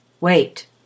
wait